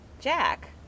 Jack